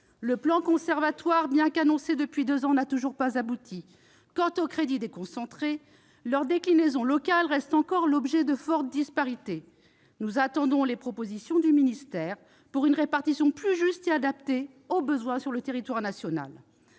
Le plan Conservatoires, bien qu'annoncé depuis deux ans, n'a toujours pas abouti. Quant aux crédits déconcentrés, leur déclinaison locale reste encore l'objet de fortes disparités. Nous attendons les propositions du ministère pour une répartition plus juste et adaptée aux besoins sur le territoire national.